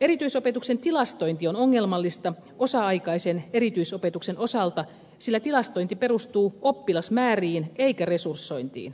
erityisopetuksen tilastointi on ongelmallista osa aikaisen erityisopetuksen osalta sillä tilastointi perustuu oppilasmääriin eikä resursointiin